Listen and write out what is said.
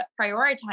prioritize